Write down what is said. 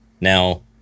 Now